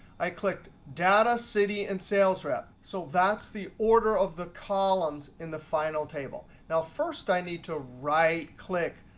i clicked data, city, and sales rep. so that's the order of the columns in the final table. now first i need to right-click,